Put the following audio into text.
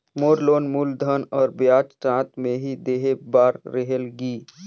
मोर loan मूलधन और ब्याज साथ मे ही देहे बार रेहेल की?